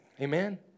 Amen